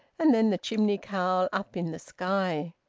and then the chimney-cowl up in the sky.